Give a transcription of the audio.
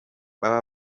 baba